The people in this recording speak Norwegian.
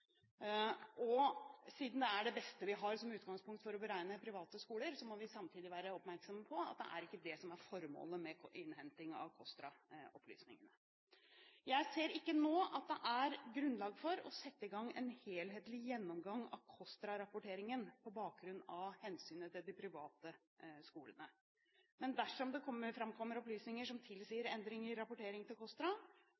Siden det er det beste vi har som utgangspunkt for å beregne tilskuddsgrunnlaget for private skoler, må vi samtidig være oppmerksomme på at det er ikke det som er formålet med innhenting av KOSTRA-opplysningene. Jeg ser ikke nå at det er grunnlag for å sette i gang en helhetlig gjennomgang av KOSTRA-rapporteringen på bakgrunn av hensynet til de private skolene. Men dersom det framkommer opplysninger som tilsier